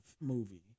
movie